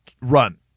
Run